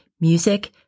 Music